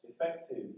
effective